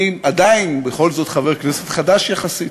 אני עדיין בכל זאת חבר כנסת חדש יחסית,